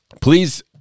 please